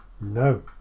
No